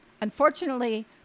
unfortunately